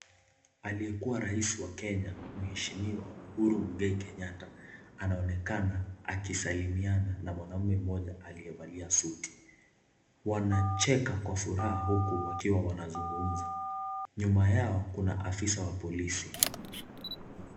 Aliyekuwa Rais wa Kenya mweshimiwa Uhuru Mwikai Kenyatta anaonekana akisalimiana na mwanaume moja Aliyevalia suti, wanacheka kwa furaha huku wakiwa wanasungumza nyuma yao kuna afisa wa polisi.